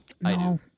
No